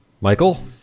Michael